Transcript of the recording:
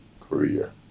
career